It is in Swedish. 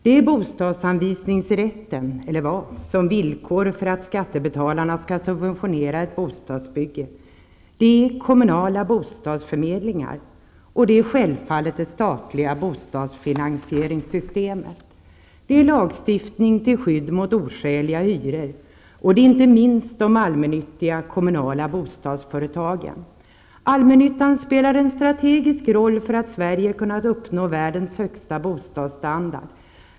Det är bostadsanvisningsrätten som villkor för att skattebetalarna skall subventionera ett bostadsbygge. Det är kommunala bostadsförmedlingar, och det är självfallet det statliga bostadsfinansieringssystemet. Det är lagstiftning till skydd mot oskäliga hyror. Och det är inte minst de allmännyttiga kommunala bostadsföretagen. Allmännyttan spelar en strategisk roll för att Sverige har kunnat uppnå världens högsta bostadsstandard.